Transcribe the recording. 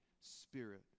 Spirit